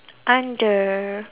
under